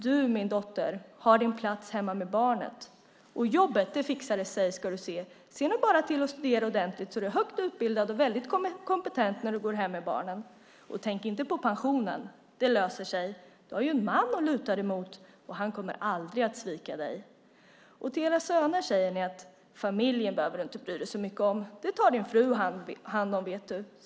Du, min dotter, har din plats hemma med barnen. Jobbet fixar sig, ska du se. Se nu bara till att studera ordentligt, så att du är högt utbildad och väldigt kompetent när du går hemma med barnen. Tänk inte på pensionen. Det löser sig. Du har ju en man att luta dig mot, och han kommer aldrig att svika dig. Till era söner säger ni: Familjen behöver du inte bry dig så mycket om. Den tar din fru hand om, vet du.